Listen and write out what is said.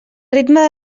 ritme